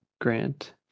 grant